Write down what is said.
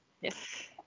Yes